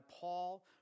Paul